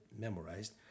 memorized